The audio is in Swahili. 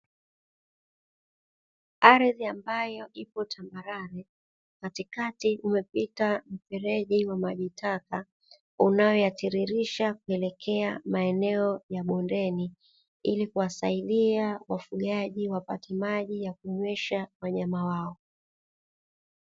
Ardhi ambayo ipo tambarare, katikati kumepita mfereji wa maji taka unayoyatiririsha kuelekea maeneo ya bondeni ili kuwasaidia wafugaji wapate maji ya kunywesha wanyama wao.